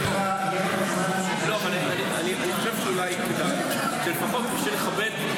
אני חושב שאולי כדאי, לפחות, בשביל לכבד,